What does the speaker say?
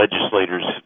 legislators